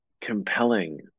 compelling